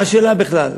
מה השאלה בכלל?